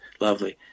lovely